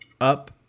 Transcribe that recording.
up